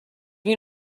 you